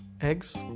Eggs